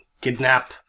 kidnap